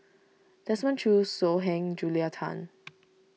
Desmond Choo So Heng Julia Tan